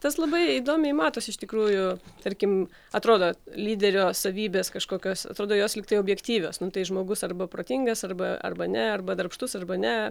tas labai įdomiai matos iš tikrųjų tarkim atrodo lyderio savybės kažkokios atrodo jos lygtai objektyvios nu tai žmogus arba protingas arba arba ne arba darbštus arba ne